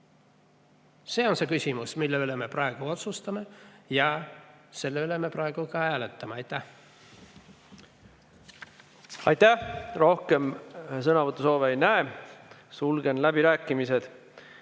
See on see küsimus, mille üle me praegu otsustame ja mille üle me praegu ka hääletame. Aitäh! Aitäh! Rohkem sõnavõtusoove ei näe. Sulgen läbirääkimised.